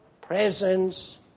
presence